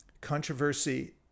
controversy